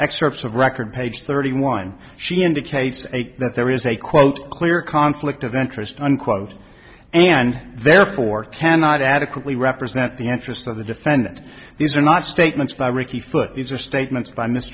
excerpts of record page thirty one she indicates that there is a quote clear conflict of interest unquote and therefore cannot adequately represent the interests of the defendant these are not statements by ricky foote these are statements by m